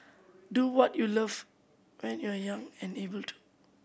do what you love when you are young and able to